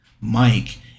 Mike